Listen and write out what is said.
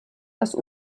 das